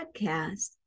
podcast